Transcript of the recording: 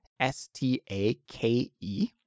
S-T-A-K-E